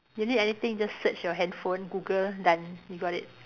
you need anything just search your handphone Google done you got it